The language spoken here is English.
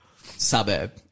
suburb